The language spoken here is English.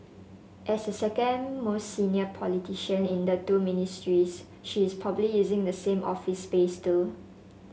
as the second most senior politician in the two Ministries she is probably using the same office space too